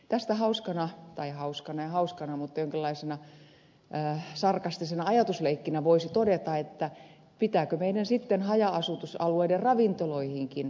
tästä hauskana tai hauskana ja hauskana mutta jonkinlaisena sarkastisena ajatusleikkinä voisi todeta että pitääkö meidän sitten haja asutusalueiden ravintoloihinkin sallia tällainen